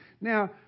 Now